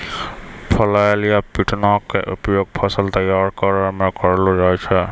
flail या पिटना के उपयोग फसल तैयार करै मॅ करलो जाय छै